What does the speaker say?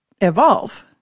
evolve